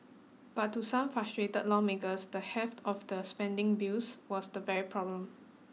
but to some frustrated lawmakers the heft of the spending bills was the very problem